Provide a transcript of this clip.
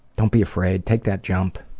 don't be afraid, take that jump.